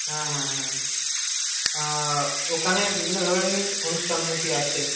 হ্যাঁ হ্যাঁ হ্যাঁ ওখানে বিভিন্ন ধরনের অনুষ্ঠান নাকি আছে